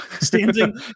Standing